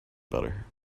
better